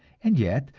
and yet,